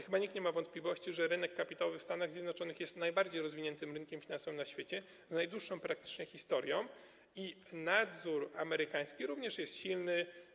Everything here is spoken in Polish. Chyba nikt nie ma wątpliwości, że rynek kapitałowy w Stanach Zjednoczonych jest najbardziej rozwiniętym rynkiem finansowym na świecie, z najdłuższą praktycznie historią, i nadzór amerykański również jest silny.